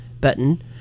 button